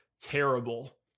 terrible